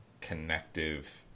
connective